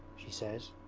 she says.